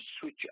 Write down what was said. switch